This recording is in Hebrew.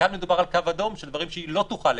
כאן מדובר על קו אדום של דברים שהיא לא תוכל לאסור.